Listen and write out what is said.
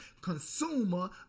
consumer